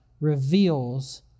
reveals